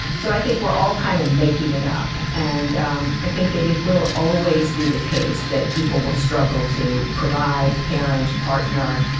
so i think we're all kind of making it up and um i think it it will always be the case that people will struggle to provide, parent, partner,